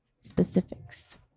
specifics